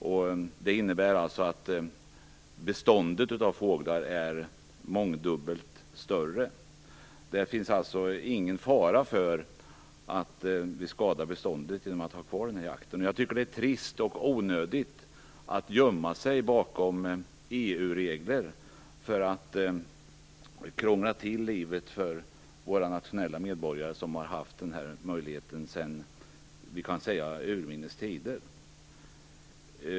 Detta innebär att beståndet av fåglar är mångdubbelt större. Det finns alltså ingen fara för att beståndet skulle skadas genom att jakten behålls. Jag tycker att det är trist och onödigt att gömma sig bakom EU-regler för att krångla till livet för våra nationella medborgare som har haft denna möjlighet sedan urminnes tider.